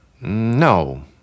No